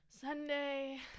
Sunday